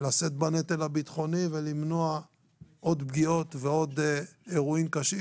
לשאת בנטל הביטחוני ולמנוע עוד פגיעות ועוד אירועים קשים,